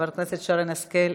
חברת הכנסת שרן השכל,